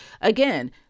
again